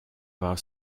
warf